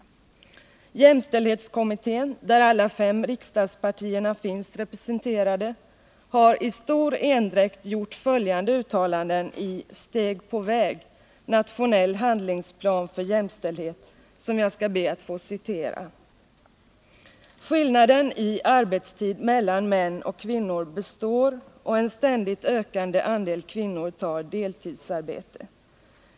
Jämställdhetskommittén, där alla fem riksdagspartierna finns representerade, har i stor endräkt gjort följande uttalanden i Steg på väg — nationell handlingsplan för jämställdhet — som jag skall be att få citera ur: ”Skillnaden i arbetstid mellan män och kvinnor består och en ständigt ökande andel kvinnor tar deltidsarbete.